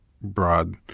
broad